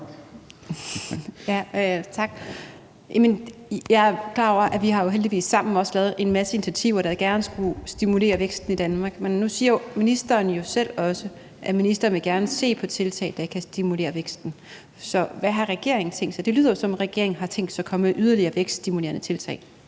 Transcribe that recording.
Tak. Jeg er klar over, at vi sammen jo heldigvis også har lavet en masse initiativer, der gerne skulle stimulere væksten i Danmark. Men nu siger ministeren jo selv, at ministeren gerne vil se på tiltag, der kan stimulere væksten, så hvad har regeringen tænkt sig? Det lyder, som om regeringen har tænkt sig at komme med yderligere vækststimulerende tiltag.